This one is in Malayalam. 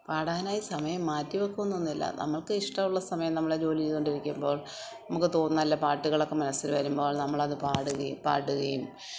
പാടാനായി സമയം മാറ്റിവെക്കുന്നൊന്നുമില്ല നമ്മൾക്ക് ഇഷ്ടമുള്ള സമയം നമ്മള് ജോലിചെയ്തുകൊണ്ടിരിക്കുമ്പോൾ നമുക്ക് തോന്നും നല്ല പാട്ടുകളൊക്കെ മനസ്സിൽ വരുമ്പോൾ നമ്മളത് പാടുകയും പാടുകയും